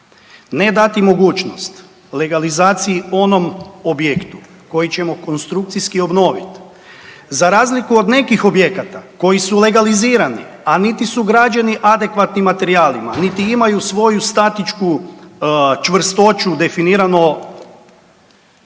Ne dati mogućnost legalizaciji onom objektu koji ćemo konstrukcijski obnoviti, za razliku od nekih objekata koji su legalizirani, a niti su građeni adekvatnim materijalima niti imaju svoju statičku čvrstoću definirano